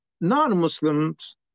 non-Muslims